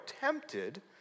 tempted